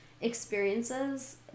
experiences